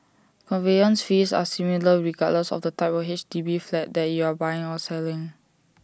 conveyance fees are similar regardless of the type of H D B flat that you are buying or selling